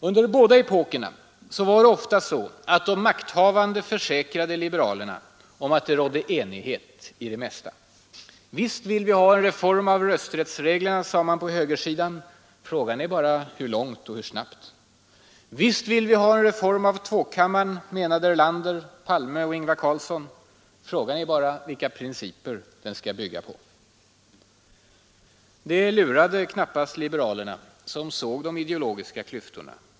Under båda epokerna var det ofta så att de makthavande försäkrade liberalerna om att det rådde enighet i det mesta. Visst vill vi ha en reform av rösträttsreglerna, sade man på högersidan — frågan är hur långt och hur snabbt. Visst vill vi ha en reform av tvåkammaren, menade Erlander, Palme och Ingvar Carlsson frågan är bara vilka principer den skall bygga på. Det lurade knappast liberalerna, som såg de ideologiska klyftorna.